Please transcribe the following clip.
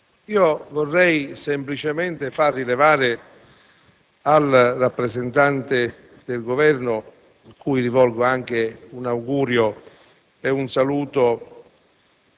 vorrei semplicemente far rilevare al rappresentante del Governo, che ringrazio e a cui rivolgo anche un augurio e un saluto